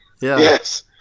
Yes